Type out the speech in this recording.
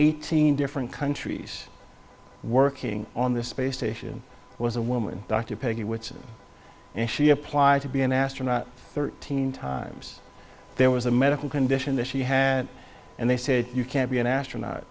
eighteen different countries working on this space station was a woman dr peggy whitson and she applied to be an astronaut thirteen times there was a medical condition that she had and they said you can't be an astronaut